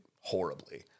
horribly